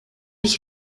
ich